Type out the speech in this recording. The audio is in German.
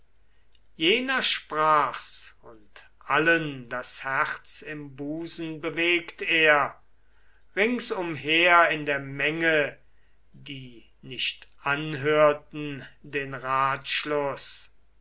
jener sprach's und allen das herz im busen bewegt er ringsumher in der menge die nicht anhörten den ratschluß